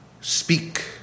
speak